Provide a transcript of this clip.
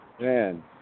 Man